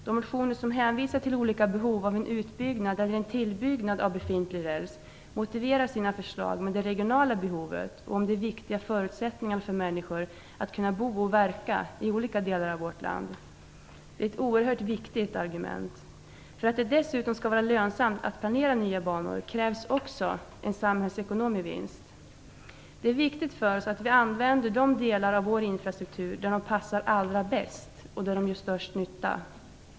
De motioner som hänvisar till olika behov av en ut eller tillbyggnad av befintlig räls motiverar sina förslag med det regionala behovet och med att det är en viktig förutsättning för att människor skall kunna bo och verka i olika delar av vårt land. Det är ett oerhört viktigt argument. För att det dessutom skall vara lönsamt att planera nya banor krävs en samhällsekonomisk vinst. Det är viktigt för oss att vi använder dessa delar av vår infrastruktur där de passar allra bäst och gör störst nytta.